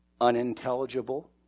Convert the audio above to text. unintelligible